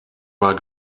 war